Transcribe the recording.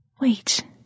Wait